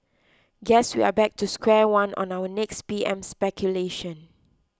guess we are back to square one on our next P M speculation